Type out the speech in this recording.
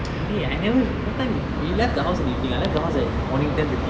eh I never what time you left the house in the evening I left the house at morning ten fifty